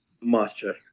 master